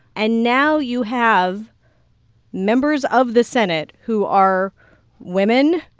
and now you have members of the senate who are women,